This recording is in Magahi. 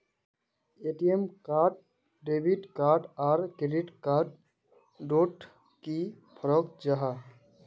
ए.टी.एम कार्ड डेबिट कार्ड आर क्रेडिट कार्ड डोट की फरक जाहा?